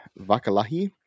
Vakalahi